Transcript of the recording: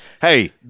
Hey